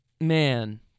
Man